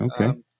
okay